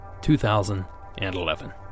2011